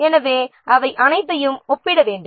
அந்த அபாயங்கள் அனைத்தையும் நாம் ஒப்பிட வேண்டும்